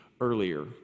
earlier